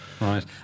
Right